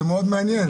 זה מאוד מעניין.